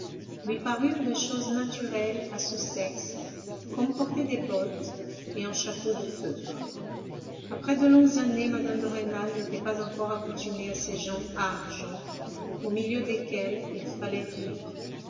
lui parurent des choses naturelles à ce sexe comme porter des bottes et un chapeau de feutre après de longues années mme de rênal n'était pas encore accoutumée à ces gens à argent au milieu desquels il fallait vivre